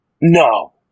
No